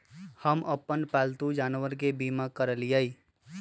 हम अप्पन पालतु जानवर के बीमा करअलिअई